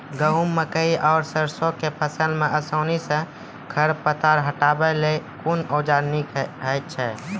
गेहूँ, मकई आर सरसो के फसल मे आसानी सॅ खर पतवार हटावै लेल कून औजार नीक है छै?